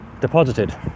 deposited